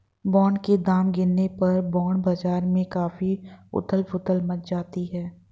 bond के दाम गिरने पर बॉन्ड बाजार में काफी उथल पुथल मच जाती है